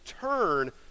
turn